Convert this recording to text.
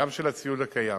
גם של הציוד הקיים,